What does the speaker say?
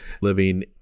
living